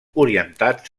orientats